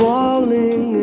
Falling